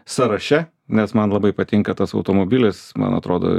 sąraše nes man labai patinka tas automobilis man atrodo